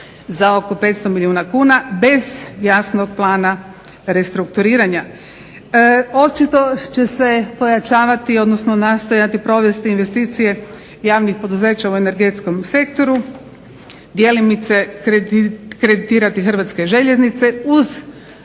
za oko 500 milijuna kuna bez jasnog plana restrukturiranja. Očito će se pojačavati odnosno nastojati provesti investicije javnih poduzeća u energetskom sektoru, djelomice kreditirati Hrvatske željeznice uz